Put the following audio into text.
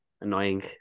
annoying